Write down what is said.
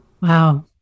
Wow